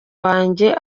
wanjye